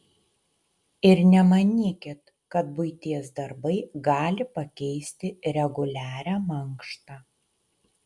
ir nemanykit kad buities darbai gali pakeisti reguliarią mankštą